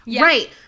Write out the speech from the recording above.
right